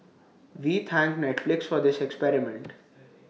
we thank Netflix for this experiment